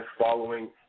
following